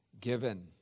given